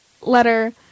letter